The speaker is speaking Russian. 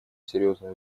серьезные